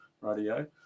radio